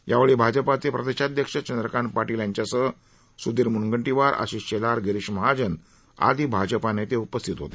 यावेळी भाजपाचे प्रदेशाध्यक्ष चंद्रकांत पाटील यांच्यासह स्धीर म्नगंटीवार आशिष शेलार गिरीश महाजन आदी भाजपानेते उपस्थित होते